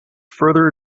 further